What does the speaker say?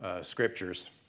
Scriptures